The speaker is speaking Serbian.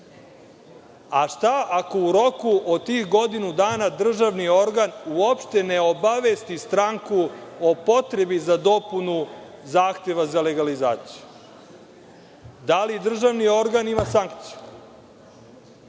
Šta ako u roku od tih godinu dana državni organ uopšte ne obavesti stranku o potrebi za dopunu zahteva za legalizaciju? Da li državni organ ima sankciju?